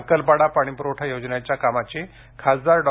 अक्कलपाडा पाणीप्रवठा योजनेच्या कामाची खासदार डॉ